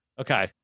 Okay